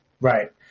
Right